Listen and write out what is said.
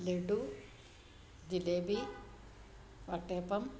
laddu jalebi vattayappam